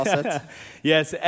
Yes